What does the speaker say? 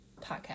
podcast